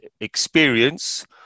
experience